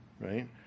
right